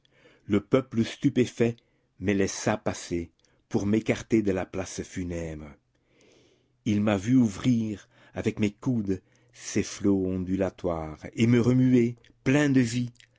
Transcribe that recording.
le peuple stupéfait me laissa passer pour m'écarter de la place funèbre il m'a vu ouvrir avec mes coudes ses flots ondulatoires et me remuer plein de vie